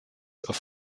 auf